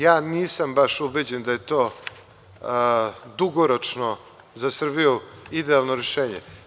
Ja nisam baš ubeđen da je to dugoročno za Srbiju idealno rešenje.